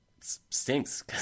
Stinks